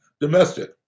domestic